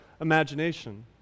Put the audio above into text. imagination